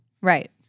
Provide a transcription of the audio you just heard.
Right